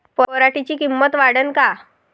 पराटीची किंमत वाढन का?